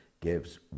gives